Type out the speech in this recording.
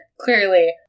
clearly